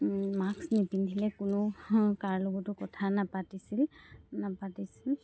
মাক্স নিপিন্ধিলে কোনো কাৰো লগতো কথা নাপাতিছিল নপাতিছিল